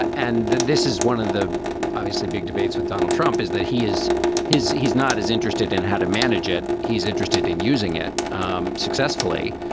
ah and this is one of the obviously big debates with donald trump, is that he is his he's not as interested in how to manage it. he's interested in using it um successfully,